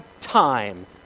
time